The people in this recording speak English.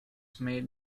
made